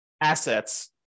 assets